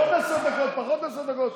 עוד עשר דקות, פחות עשר דקות.